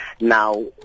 Now